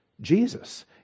Jesus